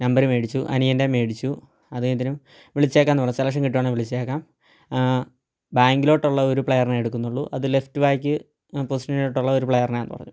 number മേടിച്ചു അനിയൻറ്റെം മേടിച്ചു അദ്ദേഹത്തിനും വിളിച്ചേക്കാന്ന് പറ സെലക്ഷൻ കിട്ടുവാണേൽ വിളിച്ചേക്കാം ബാങ്കിലോട്ടുള്ള ഒരു പ്ലെയറിനെ എടുക്കുന്നുള്ളൂ അത് ലെഫ്റ്റ് ബാക്ക് പൊസിഷനിലോട്ടുള്ള ഒരു പ്ലെയറിനെയാന്ന് പറഞ്ഞു